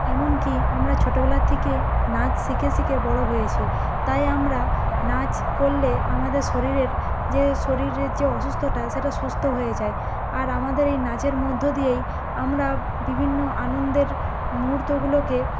এমনকি আমরা ছোটোবেলার থেকে নাচ শিখে শিখে বড়ো হয়েছি তাই আমরা নাচ করলে আমাদের শরীরের যে শরীরের যে অসুস্থতা সেটা সুস্থ হয়ে যায় আর আমাদের এই নাচের মধ্য দিয়েই আমরা বিভিন্ন আনন্দের মুহুর্তগুলোকে